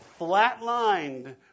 flatlined